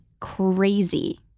crazy